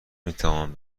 میتوان